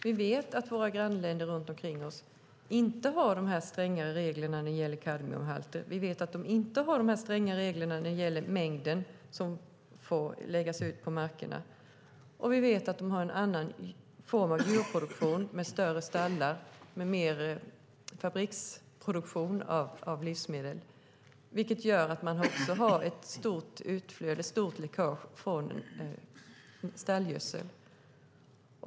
Vi vet att våra grannländer runt omkring oss inte har de här stränga reglerna när det gäller kadmiumhalten, vi vet att de inte har de här stränga reglerna när det gäller mängden som får läggas ut på markerna, och vi vet att de har en annan form av djurproduktion med större stallar och mer fabriksliknande produktion av livsmedel, vilket gör att man också har ett stort läckage från stallgödsel.